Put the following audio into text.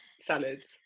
salads